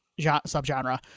subgenre